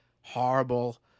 Horrible